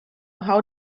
how